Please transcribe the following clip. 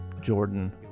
Jordan